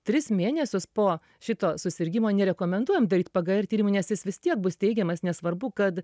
tris mėnesius po šito susirgimo nerekomenduojam daryt pgr tyrimo nes jis vis tiek bus teigiamas nesvarbu kad